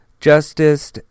Justice